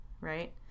right